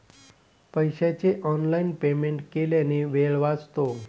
पैशाचे online payment केल्याने वेळ वाचतो